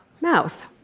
mouth